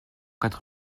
quatre